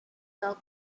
talk